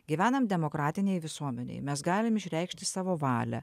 gyvenam demokratinėj visuomenėj mes galim išreikšti savo valią